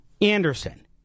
Anderson